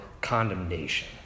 condemnation